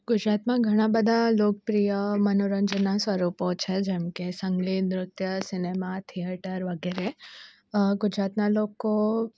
ગુજરાતમાં ઘણા બધા લોકપ્રિય મનોરંજનના સ્વરૂપો છે જેમ કે સંગીત નૃત્ય સિનેમા થિએટર વગેરે ગુજરાતનાં લોકો